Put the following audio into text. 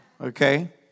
okay